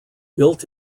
built